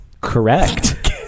Correct